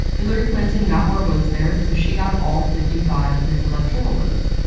hillary clinton got more votes there, so she got all fifty five of its electoral votes.